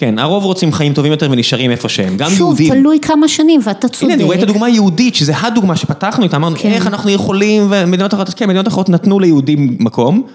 כן, הרוב רוצים חיים טובים יותר ונשארים איפה שהם, גם יהודים. שוב, תלוי כמה שנים ואתה צודק. כן, אני רואה את הדוגמה היהודית שזה הדוגמה שפתחנו איתה, אמרנו איך אנחנו יכולים ומדינות אחרות נתנו ליהודים מקום.